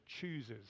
chooses